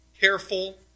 careful